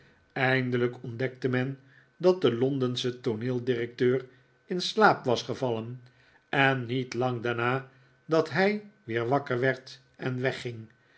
eindelijk ontdekte men dat de londensche tooneeldirecteur in slaap was gevallen en niet lang daarna dat hij weer wakker werd en wegging